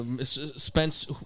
Spence